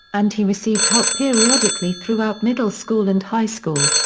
and he received help periodically throughout middle school and high school.